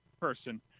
person